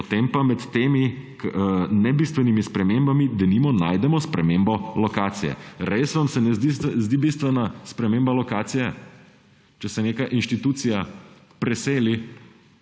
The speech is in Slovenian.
Potem pa med temi nebistvenimi spremembami, denimo, najdemo spremembo lokacije. Se vam res ne zdi bistvena sprememba lokacije, če se neka institucija preseli